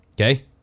Okay